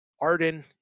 Arden